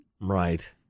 Right